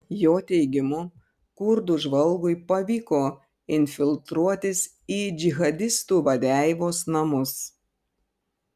jo teigimu kurdų žvalgui pavyko infiltruotis į džihadistų vadeivos namus